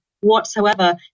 whatsoever